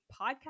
podcast